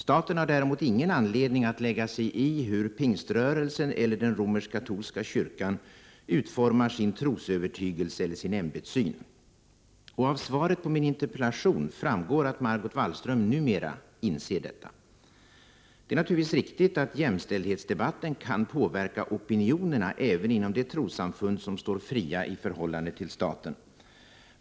Staten har däremot ingen anledning att lägga sig i hur pingströrelsen eller den romerskkatolska kyrkan utformar sin trosövertygelse eller sin ämbetssyn. Av svaret på min interpellation framgår att Margot Wallström numera inser detta. Det är naturligtvis riktigt att jämställdhetsdebatten kan påverka opinionerna även inom de trossamfund som står fria i förhållande till staten.